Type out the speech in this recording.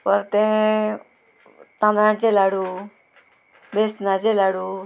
परतें तांदळाचें लाडू बेसनाचें लाडू